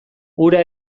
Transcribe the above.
hura